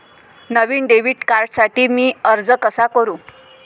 नवीन debit कार्डसाठी मी अर्ज कसा करू?